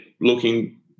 looking